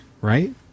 right